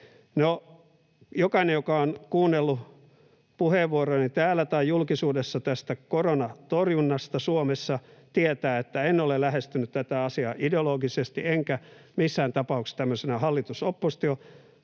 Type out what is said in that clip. jokainen, joka on kuunnellut puheenvuorojani täällä tai julkisuudessa tästä koronatorjunnasta Suomessa, tietää, että en ole lähestynyt tätä asiaa ideologisesti enkä missään tapauksessa tämmöisenä hallitus—oppositio-kysymyksenä